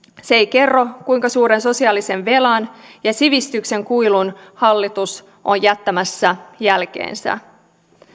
se ei kerro kuinka suuren sosiaalisen velan ja sivistyksen kuilun hallitus on jättämässä jälkeensä